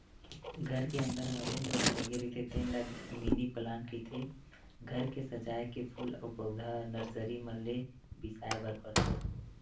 घर के अंदर म जेन पउधा लगे रहिथे तेन ल मिनी पलांट कहिथे, घर के सजाए के फूल अउ पउधा नरसरी मन ले बिसाय बर परथे